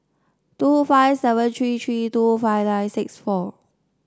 two five seven three three two five nine six four